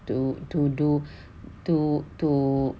to to do to to